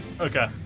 Okay